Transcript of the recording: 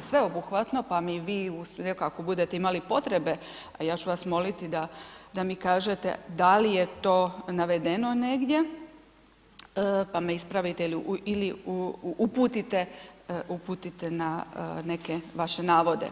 sveobuhvatno, pa mi vi … [[Govornik se ne razumije]] kako budete imali potrebe, a ja ću vas moliti da, da mi kažete da li je to navedeno negdje, pa me ispravite ili uputite, uputite na neke vaše navode.